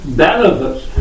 benefits